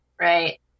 right